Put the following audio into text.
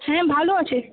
হ্যাঁ ভালো আছে